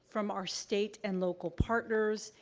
from our state and local partners,